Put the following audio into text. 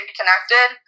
connected